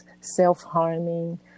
self-harming